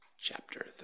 chapter